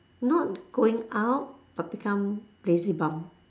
not going out but become lazy bum